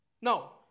Now